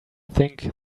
think